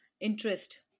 interest